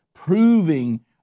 proving